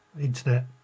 internet